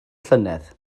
llynedd